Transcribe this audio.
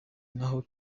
naho